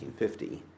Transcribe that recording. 1950